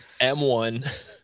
M1